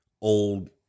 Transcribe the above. old